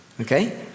Okay